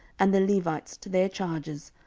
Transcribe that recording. and the levites to their charges,